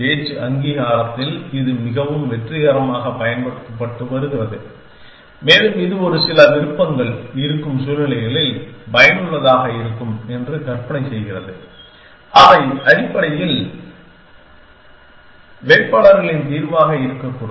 பேச்சு அங்கீகாரத்தில் இது மிகவும் வெற்றிகரமாகப் பயன்படுத்தப்பட்டு வருகிறது மேலும் இது ஒரு சில விருப்பங்கள் இருக்கும் சூழ்நிலைகளில் பயனுள்ளதாக இருக்கும் என்று கற்பனை செய்கிறது அவை அடிப்படையில் கேண்டிடேட்களின் தீர்வாக இருக்கக்கூடும்